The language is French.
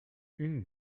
une